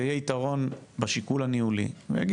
זה יהיה יתרון בשיקול הניהולי.